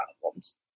problems